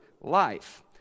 life